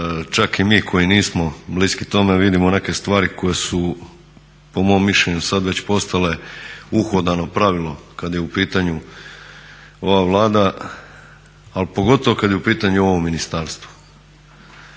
čak i mi koji nismo bliski tome vidimo neke stvari koje su po mom mišljenju sada već postale uhodano pravilo kada je u pitanju ova Vlada ali pogotovo kada je u pitanju ovo ministarstvo.